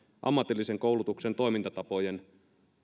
ammatillisen koulutuksen toimintatapojen